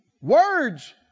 Words